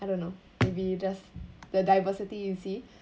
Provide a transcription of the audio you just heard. I don't know maybe just the diversity you see